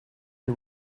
you